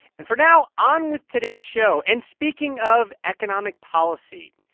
and for now, on with today's show. and speaking of economic policy,